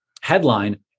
headline